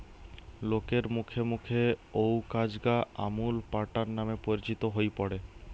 লোকের মুখে মুখে অউ কাজ গা আমূল প্যাটার্ন নামে পরিচিত হই পড়ে